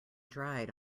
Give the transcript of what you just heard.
dried